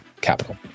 capital